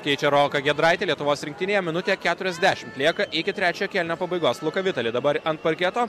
keičia roką giedraitį lietuvos rinktinėje minutė keturiasdešimt lieka iki trečiojo kėlinio pabaigos luka vitali dabar ant parketo